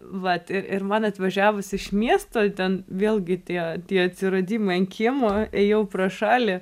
vat ir ir man atvažiavus iš miesto ten vėlgi tie tie atsiradimai ant kiemo ėjau pro šalį